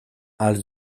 els